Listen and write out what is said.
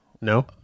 No